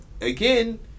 again